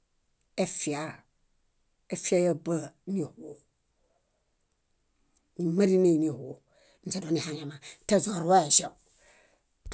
Efiaa, efia yábaa nihu, nimarinee nihu. Ínźe donehaŋemaŋ teźorueĵew.